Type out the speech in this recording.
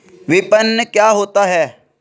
विपणन क्या होता है?